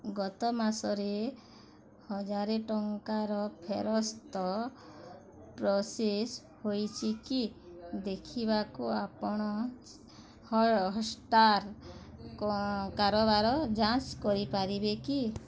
ଗତ ମାସରେ ହଜାର ଟଙ୍କାର ଫେରସ୍ତ ପ୍ରୋସେସ୍ ହୋଇଛିକି ଦେଖିବାକୁ ଆପଣ ହଟ୍ଷ୍ଟାର୍ କାରବାର ଯାଞ୍ଚ କରିପାରିବେ କି